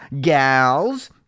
gals